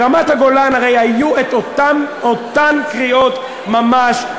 ברמת-הגולן הרי היו אותן קריאות ממש,